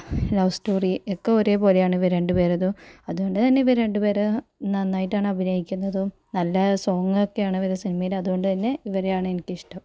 love story ഒക്കെ ഒരേ പോലെയാണ് ഇവർ രണ്ടു പേരതും അതുകൊണ്ട് തന്നെ ഇവർ രണ്ടു പേർ നന്നായിട്ടാണ് അഭിനയിക്കുന്നതും നല്ല സോങ്ങൊക്കെയാണ് അവരുടെ സിനിമയിൽ അതുകൊണ്ട് തന്നെ ഇവരെയാണ് എനിക്കിഷ്ടം